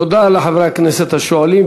תודה לחברי הכנסת השואלים.